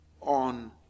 on